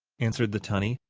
answered the tunny,